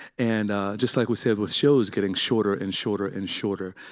and just like we said with shows getting shorter and shorter and shorter,